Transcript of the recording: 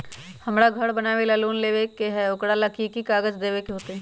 हमरा घर बनाबे ला लोन लेबे के है, ओकरा ला कि कि काग़ज देबे के होयत?